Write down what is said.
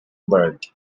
bird